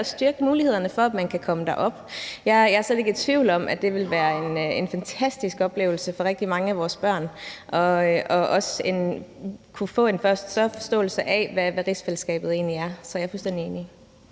at styrke mulighederne for, at man kan komme derop. Jeg er slet ikke i tvivl om, at det ville være en fantastisk oplevelse for rigtig mange af vores børn, også så de kunne få en større forståelse af, hvad rigsfællesskabet egentlig er. Så jeg er fuldstændig enig.